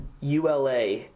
ULA